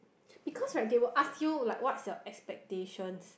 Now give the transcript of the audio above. because right they will ask you like what's your expectation